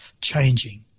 changing